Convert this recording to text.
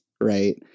Right